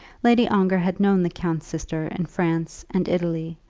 lady ongar had known the count's sister in france and italy,